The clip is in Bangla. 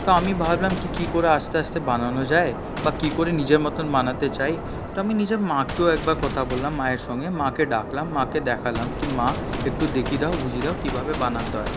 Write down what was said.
তা আমি ভাবলাম কি করে আস্তে আস্তে বানানো যায় বা কি করে নিজের মতন বানাতে চাই তো আমি নিজের মাকেও একবার কথা বললাম মায়ের সঙ্গে মাকে ডাকলাম মাকে দেখালাম কি মা একটু দেখিয়ে দাও বুঝিয়ে দাও কিভাবে বানাতে হয়